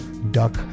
duck